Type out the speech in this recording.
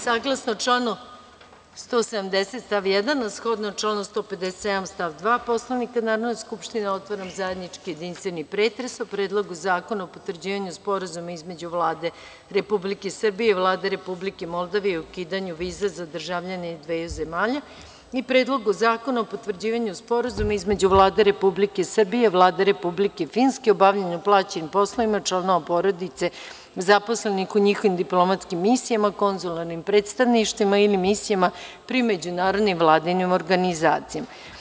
Saglasno članu 170. stav 1, a shodno članu 157. stav 2. Poslovnika Narodne skupštine, otvaram zajednički jedinstven pretres o Predlogu zakona o potvrđivanju Sporazuma između Vlade Republike Srbije i Vlade Republike Moldavije o ukidanju viza za državljane dve zemlje i Predlogu zakona o potvrđivanju Sporazuma između Vlade Republike Srbije i Vlade Republike Finske o bavljenju plaćenim poslovima članova porodica zaposlenih u njihovim diplomatskim misijama, konzularnim predstavništvima ili misijama pri međunarodnim vladinim organizacijama.